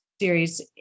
series